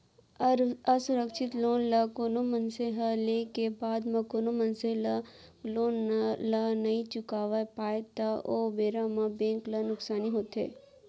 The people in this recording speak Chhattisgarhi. असुरक्छित लोन ल कोनो मनसे ह लेय के बाद म कोनो मनसे ह लोन ल नइ चुकावय पावय त ओ बेरा म बेंक ल नुकसानी होथे